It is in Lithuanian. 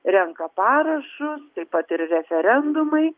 renka parašus taip pat ir referendumai